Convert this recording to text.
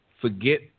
forget